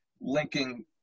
linking